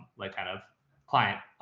like kind of client,